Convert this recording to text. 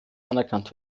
anerkannt